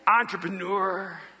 entrepreneur